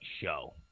show